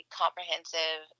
comprehensive